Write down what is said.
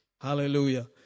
hallelujah